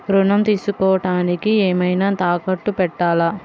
ఋణం తీసుకొనుటానికి ఏమైనా తాకట్టు పెట్టాలా?